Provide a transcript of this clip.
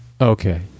Okay